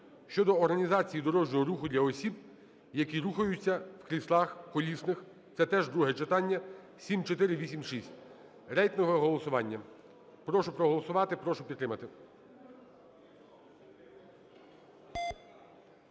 щодо організації дорожнього руху для осіб, які рухаються в кріслах колісних. Це теж друге читання, 7486. Рейтингове голосування. Прошу проголосувати, прошу підтримати.